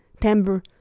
timbre